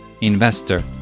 investor